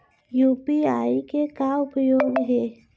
UPI के का उपयोग हे?